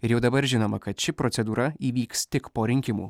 ir jau dabar žinoma kad ši procedūra įvyks tik po rinkimų